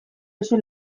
oso